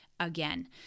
again